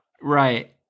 right